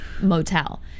motel